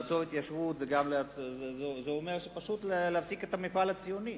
לעצור את ההתיישבות זה אומר פשוט להפסיק את המפעל הציוני.